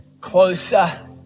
closer